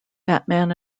batman